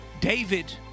David